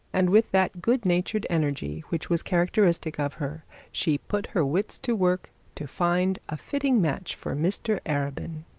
and with that good-natured energy which was characteristic of her, she put her wits to work to find a fitting match for mr arabin.